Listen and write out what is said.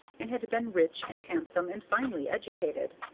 and had been rich and handsome and finely educated.